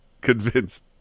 convinced